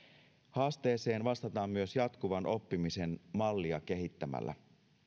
haasteeseen vastataan myös jatkuvan oppimisen mallia kehittämällä